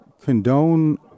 condone